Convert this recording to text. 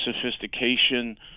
sophistication